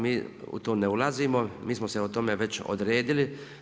Mi u to ne ulazimo, mi smo se o tome već odredili.